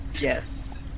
Yes